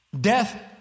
Death